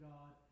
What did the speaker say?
God